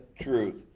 truth